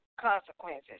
consequences